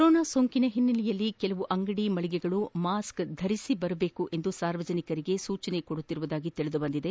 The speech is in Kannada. ಕೊರೋನಾ ಸೋಂಕಿನ ಹಿನ್ನೆಲೆಯಲ್ಲಿ ಕೆಲವು ಅಂಗಡಿ ಮಳಿಗೆಗಳು ಮಾಸ್ಕ್ ಧರಿಸಿಬರುವಂತೆ ಸಾರ್ವಜನಿಕರಿಗೆ ಸೂಚಿಸುತ್ತಿರುವುದಾಗಿ ತಿಳಿದುಬಂದಿದೆ